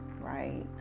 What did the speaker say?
right